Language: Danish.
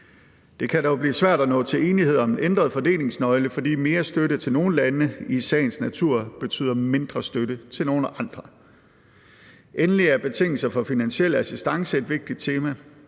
Det kan dog blive svært at nå til enighed om en ændret fordelingsnøgle, fordi mere støtte til nogle lande i sagens natur betyder mindre støtte til nogle andre. Endelig er betingelser for finansiel assistance et vigtigt tema.